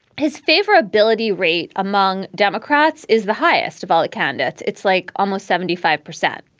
his favorability rate among democrats is the highest of all the candidates. it's like almost seventy five percent.